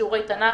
שיעורי תנ"ך,